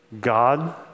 God